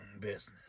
business